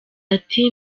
ati